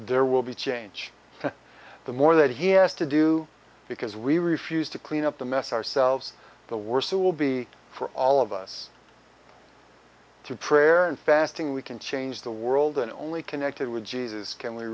there will be change the more that he has to do because we refuse to clean up the mess ourselves the worse it will be for all of us through prayer and fasting we can change the world in only connected with jesus can we